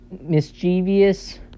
mischievous